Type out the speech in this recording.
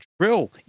drill